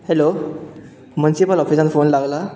hello municipal ऑफिसान phone लागला